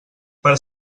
per